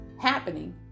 happening